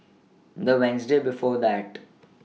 The Wednesday before that